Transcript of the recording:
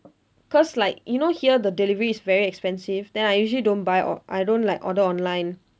cause like you know here the delivery is very expensive then I usually don't buy or I don't like order online